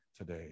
today